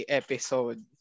episode